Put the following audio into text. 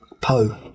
Po